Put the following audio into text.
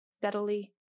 steadily